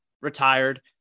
retired